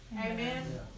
Amen